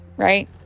Right